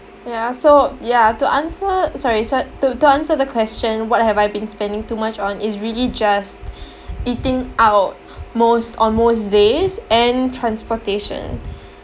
ya so ya to answer sorry so to to answer the question what have I been spending too much on is really just eating out most on most days and transportation